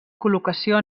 col·locació